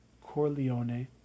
Corleone